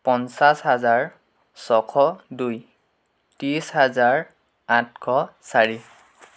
পঞ্চাছ হাজাৰ ছশ দুই ত্ৰিছ হাজাৰ আঠশ চাৰি